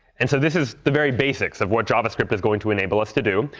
and so this is the very basics of what javascript is going to enable us to do.